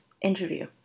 interview